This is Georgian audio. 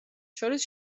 შორის